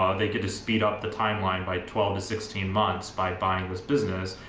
um they get to speed up the timeline by twelve to sixteen months by buying this business.